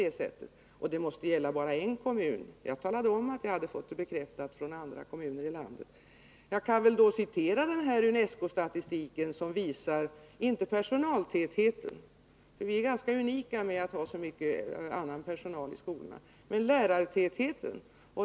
Han menade att det måste gälla bara en kommun, men jag talade om att jag fått uppgiften bekräftad från andra kommuner i landet. Jag kan citera Unesco-statistiken som visar, inte personaltätheten, för det är ganska unikt att som hos oss ha så mycket annan personal i skolorna, men lärartätheten.